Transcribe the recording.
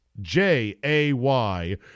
J-A-Y